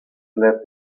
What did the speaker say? led